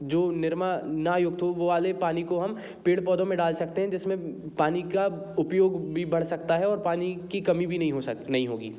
जो निरमा ना युक्त हो वो वाले पानी को हम पेड़ पौधों में डाल सकते हैं जिस में पानी का उपयोग भी बढ़ सकता है और पानी की कमी भी नही हो सक नहीं होगी